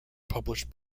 published